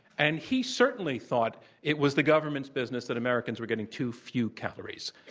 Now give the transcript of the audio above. and he certainly thought it was the government's business that americans were getting too few calories.